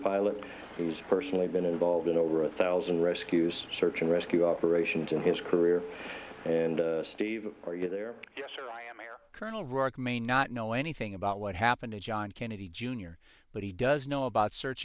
pilot who's personally been involved in over a thousand rescues search and rescue operations in his career and steve are you there colonel rick may not know anything about what happened to john kennedy jr but he does know about search